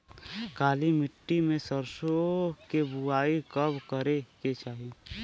काली मिट्टी में सरसों के बुआई कब करे के चाही?